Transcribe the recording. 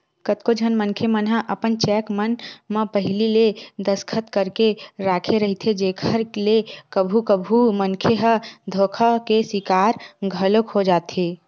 कतको झन मनखे मन ह अपन चेक मन म पहिली ले दस्खत करके राखे रहिथे जेखर ले कभू कभू मनखे ह धोखा के सिकार घलोक हो जाथे